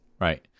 right